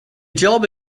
job